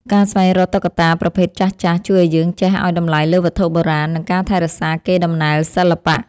ការស្វែងរកតុក្កតាប្រភេទចាស់ៗជួយឱ្យយើងចេះឱ្យតម្លៃលើវត្ថុបុរាណ និងការថែរក្សាកេរដំណែលសិល្បៈ។